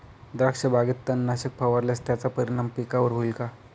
द्राक्षबागेत तणनाशक फवारल्यास त्याचा परिणाम पिकावर होईल का?